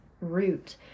root